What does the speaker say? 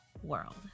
world